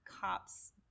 cops